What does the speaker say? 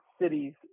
cities